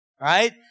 Right